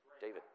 David